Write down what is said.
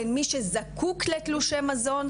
בין מי שזקוק לתלושי מזון,